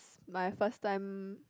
my first time